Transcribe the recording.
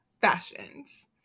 fashions